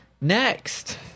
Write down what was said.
next